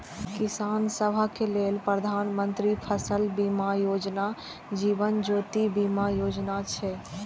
किसान सभक लेल प्रधानमंत्री फसल बीमा योजना, जीवन ज्योति बीमा योजना छै